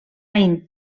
innervat